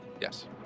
Yes